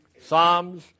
Psalms